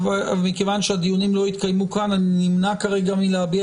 מכיוון שהדיונים לא התקיימו כאן אני נמנע כרגע מלהביע